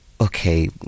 Okay